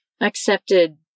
accepted